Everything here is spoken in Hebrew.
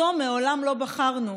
אותו מעולם לא בחרנו.